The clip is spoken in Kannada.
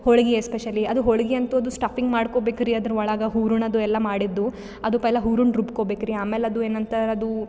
ಹೋಳಿಗೆ ಎಸ್ಪೆಷಲಿ ಅದು ಹೋಳಿಗೆ ಅಂತು ಅದು ಸ್ಟಫಿಂಗ್ ಮಾಡಿಕೋಬೇಕ್ರಿ ಅದ್ರ ಒಳಗೆ ಹೂರಣದ್ದು ಎಲ್ಲ ಮಾಡಿದ್ದು ಅದು ಪೈಲಾ ಹೂರುಣ್ ರುಬ್ಕೋ ಬೇಕ್ರಿ ಆಮೇಲೆ ಅದು ಏನಂತರ ಅದು